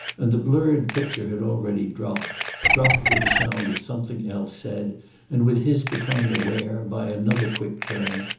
and the blurred picture had already dropped dropped with the sound of something else said and with his becoming aware, by another quick turn,